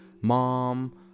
Mom